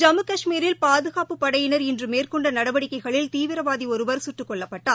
ஜம்மு கஷ்மீரில் பாதுகாப்பு படையினர் இன்றுமேற்கொண்டநடவடிக்கைகளில் தீவிரவாதிஒருவர் சுட்டுக் கொல்லப்பட்டார்